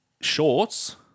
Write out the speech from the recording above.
shorts